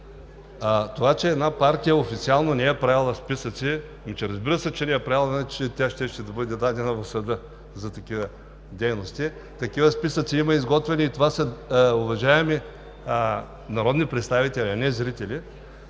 Това че една партия официално не е правила списъци – разбира се, че не е правила официално, иначе тя щеше да бъде дадена в съда за такива дейности. Такива списъци има изготвени и това, уважаеми народни представители, а не зрители,